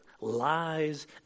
lies